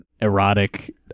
erotic